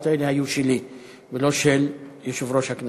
האלה היו שלי ולא של יושב-ראש הכנסת.